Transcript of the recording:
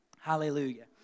Hallelujah